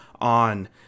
on